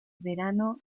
verano